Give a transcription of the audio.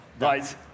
Right